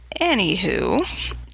anywho